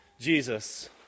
Jesus